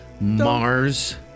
Mars